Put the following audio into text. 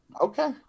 Okay